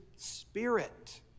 Spirit